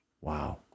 Wow